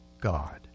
God